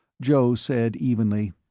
joe said evenly,